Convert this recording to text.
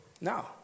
No